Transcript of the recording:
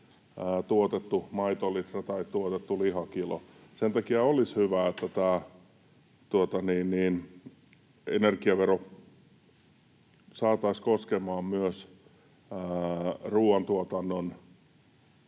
tuotettu maitolitra tai tuotettu lihakilo. Sen takia olisi hyvä, että energiaveron palautus saataisiin koskemaan myös ruuantuotantoketjussa